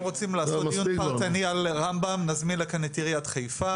אם רוצים לעשות דיון פרטני על רמב"ם נזמין לכאן את עיריית חיפה.